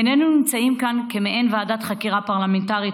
איננו נמצאים כאן כמעין ועדת חקירה פרלמנטרית